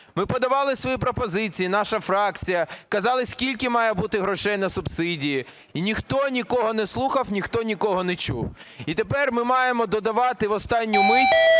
Ми подавали свої пропозиції, наша фракція, казали, скільки має бути грошей на субсидії, і ніхто нікого не слухав, ніхто нікого не чув. І тепер ми маємо додавати в останню мить.